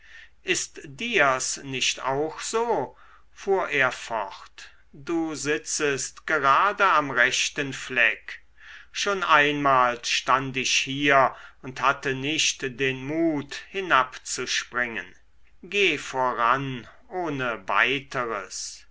ist dir's nicht auch so fuhr er fort du sitzest gerade am rechten fleck schon einmal stand ich hier und hatte nicht den mut hinabzuspringen geh voran ohne weiteres